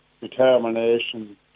determination